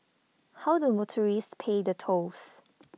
how do motorists pay the tolls